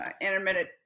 intermittent